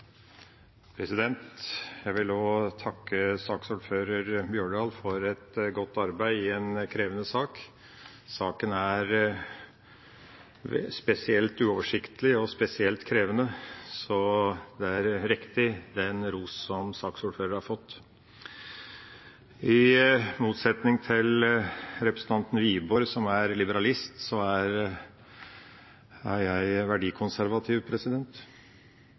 vedtaket. Jeg vil også takke saksordfører Holen Bjørdal for et godt arbeid i en krevende sak. Saken er spesielt uoversiktlig og spesielt krevende, så den rosen som saksordføreren har fått, er riktig. I motsetning til representanten Wiborg, som er liberalist, er jeg verdikonservativ,